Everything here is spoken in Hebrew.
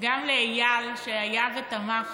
וגם לאיל, שהיה ותמך,